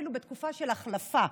אפילו בתקופה של החלפה.